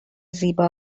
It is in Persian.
زیبا